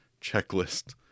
checklist